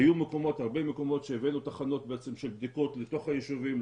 היו הרבה מקומות שהבאנו תחנות בדיקות לתוך היישובים,